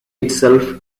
itself